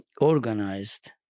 organized